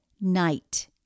night